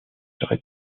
serait